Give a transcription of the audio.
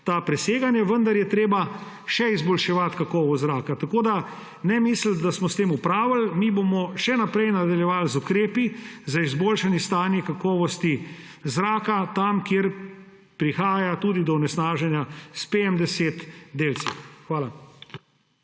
ta preseganja. Vendar je treba še izboljševati kakovost zraka. Ne misliti, da smo s tem opravili. Mi bomo še naprej nadaljevali z ukrepi za izboljšanje stanja kakovosti zrakatam, kjer prihaja tudi do onesnaženja z delci PM10. Hvala.